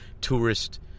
tourist